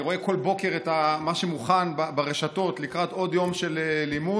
אני רואה כל בוקר את מה שמוכן ברשתות לקראת עוד יום של לימוד.